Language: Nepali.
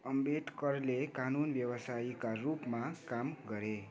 अम्बेडकरले कानुन व्यवसायीका रूपमा काम गरे